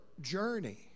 journey